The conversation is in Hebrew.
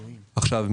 עכשיו,